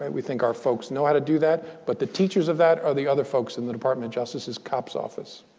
and we think our folks know how to do that. but the teachers of that are the other folks in the department of justice's cops office